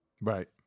Right